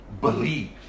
believe